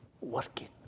working